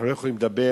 אנחנו לא יכולים לדבר